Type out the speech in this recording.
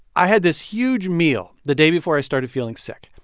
i had this huge meal the day before i started feeling sick.